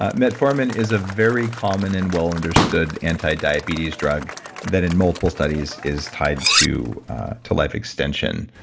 ah metformin is a very common and well understood anti-diabetes drug that in multiple studies is tied to to life extension,